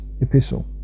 epistle